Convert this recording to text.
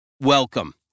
welcome